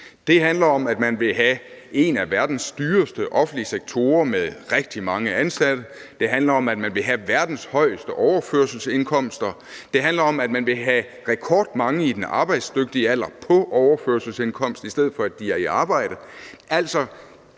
Det handler om, at man vil have en af verdens dyreste offentlige sektorer med rigtig mange ansatte, det handler om, at man vil have verdens højeste overførselsindkomster, det handler om, at man vil have rekordmange i den arbejdsdygtige alder på overførselsindkomst, i stedet for at de er i arbejde.